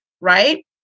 right